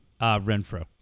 Renfro